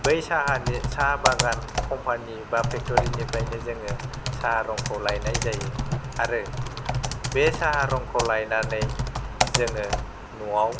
बै साहानि साहा बागान क्मपानि बा फैक्ट'रिनिफ्रायनो जोङो साहा रंखौ लायनाय जायो आरो बे साहा रंखौ लायनानै जोङो न'वाव